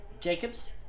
Jacobs